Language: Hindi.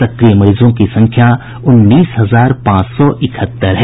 सक्रिय मरीजों की संख्या उन्नीस हजार पांच सौ इकहत्तर है